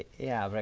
yeah,